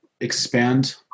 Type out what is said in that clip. expand